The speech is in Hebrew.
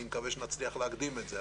אני מקווה שנצליח להקדים את זה,